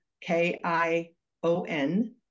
K-I-O-N